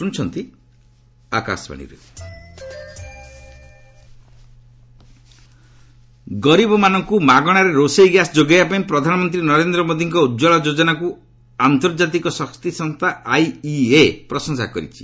PM IEA ଗରିବମାନଙ୍କୁ ମାଗଣାରେ ରୋଷେଇ ଗ୍ୟାସ୍ ଯୋଗାଇବା ପାଇଁ ପ୍ରଧାନମନ୍ତ୍ରୀ ନରେନ୍ଦ୍ର ମୋଦୀଙ୍କ ଉଜ୍ୱଳା ଯୋଜନାକୁ ଆନ୍ତର୍ଜାତିକ ଶକ୍ତି ସଂସ୍ଥା ଆଇଇଏ ପ୍ରଶଂସା କରିଛି